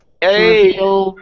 hey